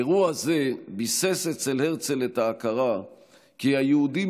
אירוע זה ביסס אצל הרצל את ההכרה כי היהודים